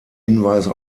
hinweise